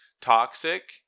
toxic